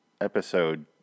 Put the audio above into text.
episode